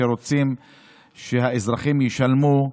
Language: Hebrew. שרוצים שהאזרחים ישלמו,